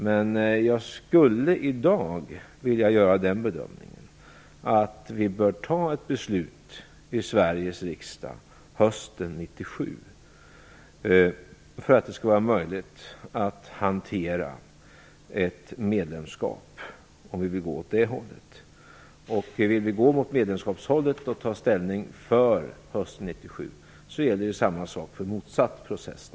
Men jag skulle i dag vilja göra bedömningen att vi bör ta ett beslut i Sveriges riksdag hösten 1997 för att det skall vara möjligt att hantera ett medlemskap, om vi vill gå åt det hållet. Vill vi gå åt medlemskapshållet och ta ställning för hösten 1997 gäller naturligtvis samma sak för en motsatt process.